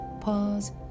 Pause